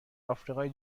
آفریقای